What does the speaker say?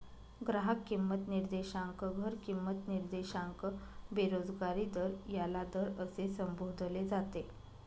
ग्राहक किंमत निर्देशांक, घर किंमत निर्देशांक, बेरोजगारी दर याला दर असे संबोधले जाते